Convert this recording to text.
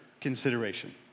consideration